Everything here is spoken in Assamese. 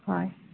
হয়